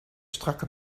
strakke